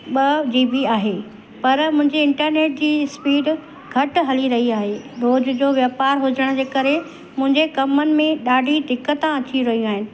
ॿ जीबी आहे पर मुंहिंजे इंटरनेट जी स्पीड घटि हली रही आहे रोज जो वापारु हुजण जे करे मुंहिंजे कमनि में ॾाढी दिक़ता अची रही आहिनि